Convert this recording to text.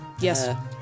Yes